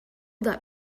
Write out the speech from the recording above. that